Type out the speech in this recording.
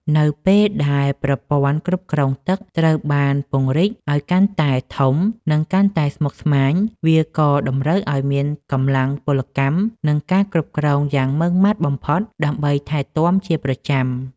នៅពេលដែលប្រព័ន្ធគ្រប់គ្រងទឹកត្រូវបានពង្រីកឱ្យកាន់តែធំ និងកាន់តែស្មុគស្មាញ វាក៏តម្រូវឱ្យមានកម្លាំងពលកម្ម និងការគ្រប់គ្រងយ៉ាងម៉ឺងម៉ាត់បំផុតដើម្បីថែទាំជាប្រចាំ។